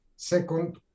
Second